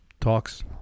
Talks